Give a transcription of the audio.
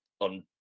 on